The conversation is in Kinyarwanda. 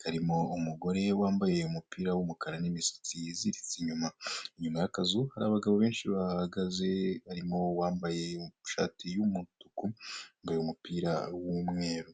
karimo umugore wambaye umupira w'umukara n'imisatsi iziritse inyuma. Inyuma y'akazu hari abagabo benshi bahahagaze harimo uwambaye ishati y'umutuku, n'uwambaye umupira w'umweru.